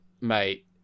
mate